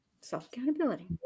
Self-accountability